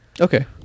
Okay